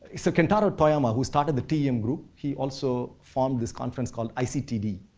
so kentaro toyama, who started the tm group, he also formed this conference called ictd,